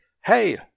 hey